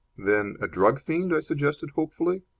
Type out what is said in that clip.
then a drug-fiend? i suggested, hopefully.